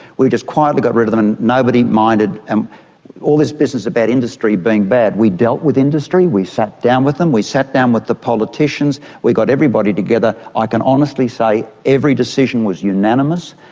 we just quietly got rid of them and nobody minded and all this business about industry being bad, we dealt with industry, we sat down with them, we sat down with the politicians, we got everybody together. i can honestly say every decision was unanimous,